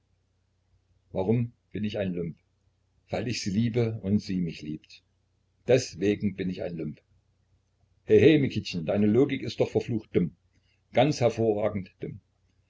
warum bin ich ein lump weil ich sie liebe und sie mich liebt deswegen bin ich ein lump he he mikitchen deine logik ist doch verflucht dumm ganz hervorragend dumm